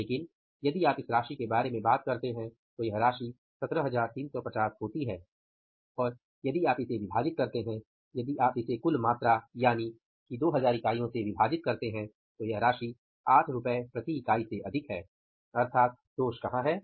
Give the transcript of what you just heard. लेकिन यदि आप इस राशि के बारे में बात करते हैं तो यह राशि 17350 होती है और यदि इसे विभाजित करते हैं यदि आप इसे कुल मात्रा यानि 2000 इकाइयों से विभाजित करते हैं तो यह राशि 8 रु प्रति इकाई से अधिक है अर्थात दोष कहां है